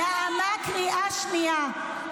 --- נעמה, קריאה שנייה.